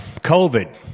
COVID